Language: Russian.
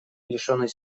лишенной